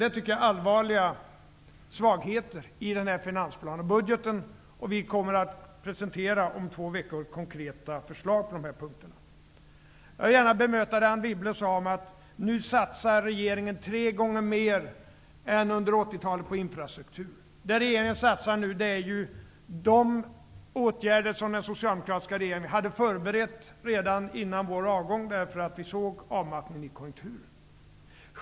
Det tycker jag är allvarliga svagheter i denna finansplan och i denna budget. Vi kommer om två veckor att presentera konkreta förslag på dessa punkter. Jag vill gärna bemöta det som Anne Wibble sade om att regeringen nu satsar tre gånger mer än under 80-talet på infrastruktur. Det som regeringen nu vill satsa på är de åtgärder som vi i den socialdemokratiska regeringen hade förberett redan före vår avgång, eftersom vi såg avmattningen i konjunkturen.